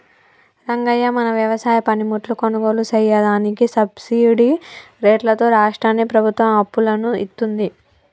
రంగయ్య మన వ్యవసాయ పనిముట్లు కొనుగోలు సెయ్యదానికి సబ్బిడి రేట్లతో రాష్ట్రా ప్రభుత్వం అప్పులను ఇత్తుంది